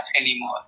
anymore